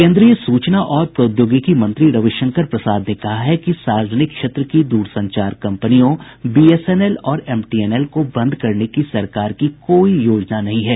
केन्द्रीय सूचना और प्रौद्योगिकी मंत्री रविशंकर प्रसाद ने कहा है कि सार्वजनिक क्षेत्र की दूरसंचार कंपनियों बीएसएनएल और एमटीएनएल को बंद करने की सरकार की कोई योजना नहीं है